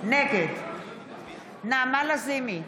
נגד נעמה לזימי,